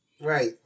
Right